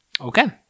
Okay